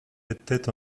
était